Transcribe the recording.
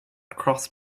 cross